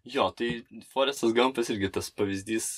jo tai forestas gampas irgi tas pavyzdys